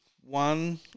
one